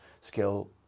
skill